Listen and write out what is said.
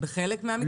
בחלק מהמקרים.